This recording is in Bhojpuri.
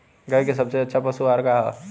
गाय के सबसे अच्छा पशु आहार का ह?